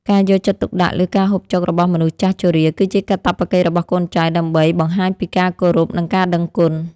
ការយកចិត្តទុកដាក់លើការហូបចុករបស់មនុស្សចាស់ជរាគឺជាកាតព្វកិច្ចរបស់កូនចៅដើម្បីបង្ហាញពីការគោរពនិងការដឹងគុណ។